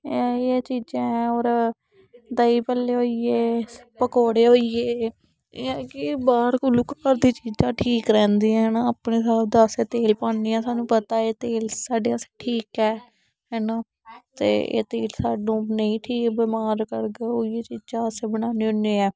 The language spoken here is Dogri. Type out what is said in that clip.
एह् चीजां ऐ होर देहीं पल्ले होई गे पकौड़े होई गे एह् ऐ कि बा्र कोलूं घर दी चीजां ठीक रैंह्दियां न अपने स्हाबा दा अस तेल पान्ने आं सानू पता ऐ एह् तेल साड्डे आस्तै ठीक ऐ हैना ते एह् तेल सानू नेईं ठीक बमार करग ओइयो चीजां अस बनान्ने हुन्ने आं